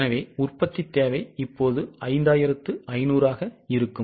எனவே உற்பத்தித் தேவை 5500 ஆக இருக்கும்